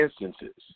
instances